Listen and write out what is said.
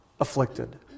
afflicted